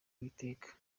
uwiteka